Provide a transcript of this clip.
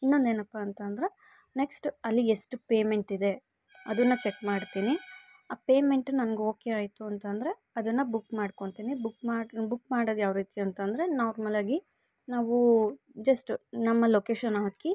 ಇನ್ನೊಂದೇನಪ್ಪ ಅಂತಂದರೆ ನೆಕ್ಸ್ಟ್ ಅಲ್ಲಿಗೆ ಎಷ್ಟು ಪೇಮೆಂಟಿದೆ ಅದನ್ನ ಚಕ್ ಮಾಡ್ತೀನಿ ಆ ಪೇಮೆಂಟ್ ನನ್ಗೆ ಓಕೆ ಆಯಿತು ಅಂತಂದರೆ ಅದನ್ನು ಬುಕ್ ಮಾಡ್ಕೊಂತೀನಿ ಬುಕ್ ಮಾಡಿ ಬುಕ್ ಮಾಡೋದ್ ಯಾವರೀತಿ ಅಂತಂದರೆ ನಾರ್ಮಲಾಗಿ ನಾವೂ ಜಸ್ಟ್ ನಮ್ಮ ಲೊಕೇಷನ್ ಹಾಕಿ